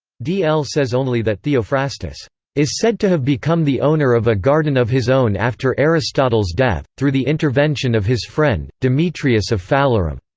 d l. says only that theophrastus is said to have become the owner of a garden of his own after aristotle's death, through the intervention of his friend, demetrius of phalerum.